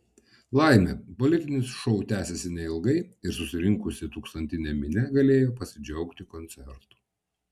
laimė politinis šou tęsėsi neilgai ir susirinkusi tūkstantinė minia galėjo pasidžiaugti koncertu